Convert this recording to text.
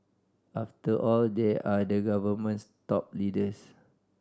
after all they are the government's top leaders